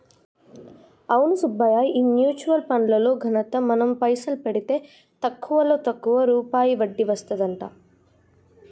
అవును సుబ్బయ్య ఈ mutual funds లో ఘనత మనం పైసలు పెడితే తక్కువలో తక్కువ రూపాయి వడ్డీ వస్తదంట